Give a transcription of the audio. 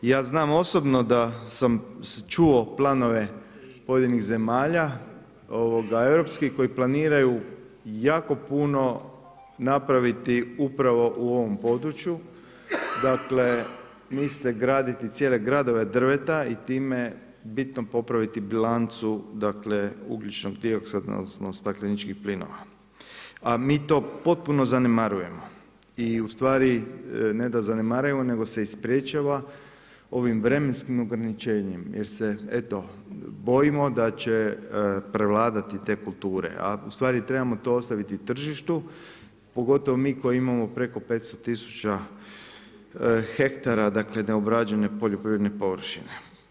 I ja znam osobno da sam čuo planove pojedinih zemalja europskih koji planiraju jako puno napraviti upravo u ovom području, dakle misle graditi cijele gradove drveta i time bitno popraviti bilancu, dakle ugljičnog dioksida, odnosno stakleničkih plinova, a mi to potpuno zanemarujemo i u stvari ne da zanemarujemo, nego se i sprječava ovim vremenskim ograničenjem, jer se eto bojimo da će prevladati te kulture, a u stvari trebamo to ostaviti tržištu, pogotovo mi koji imamo preko 500 000 hektara, dakle neobrađene poljoprivredne površine.